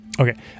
Okay